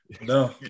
No